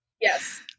Yes